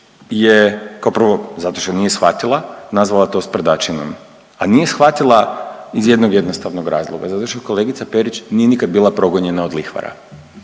kao prvo zato što nije shvatila nazvala to sprdačinom, a nije shvatila iz jednog jednostavnog razloga, zato što kolegica Perić nije nikada bila progonjena od lihvara.